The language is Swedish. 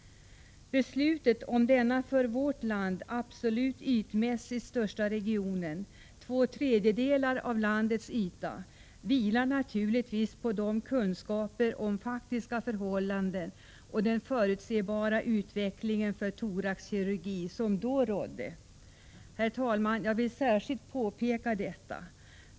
Beslutet om denna för vårt land ytmässigt absolut största region — två tredjedelar av landets yta — vilar naturligtvis på de kunskaper om faktiska förhållanden och den förutsebara utvecklingen för thoraxkirurgi som då rådde. Jag vill, herr talman, särskilt påpeka detta.